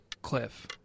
cliff